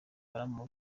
baramu